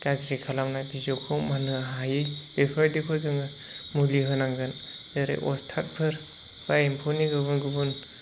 गाज्रि खालामनाय बिजौखौ मोननो हायि बेफोरबायदिखौ जोङो मुलि होनांगोन जेरै अस्थादफोर बा एम्फौनि गुबुन गुबुन